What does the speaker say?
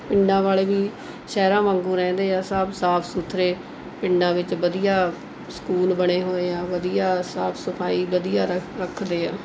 ਪਿੰਡਾਂ ਵਾਲੇ ਵੀ ਸ਼ਹਿਰਾਂ ਵਾਂਗ ਰਹਿੰਦੇ ਹੈ ਸਭ ਸਾਫ਼ ਸੁਥਰੇ ਪਿੰਡਾਂ ਵਿੱਚ ਵਧੀਆ ਸਕੂਲ ਬਣੇ ਹੋਏ ਹੈ ਵਧੀਆ ਸਾਫ਼ ਸਫਾਈ ਵਧੀਆ ਰੱ ਰੱਖਦੇ ਹੈ